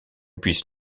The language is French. puisse